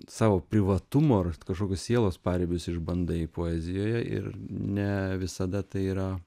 sau privatumo rast kažkokius sielos paribius išbandai poezijoje ir ne visada tai yra